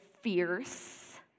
fierce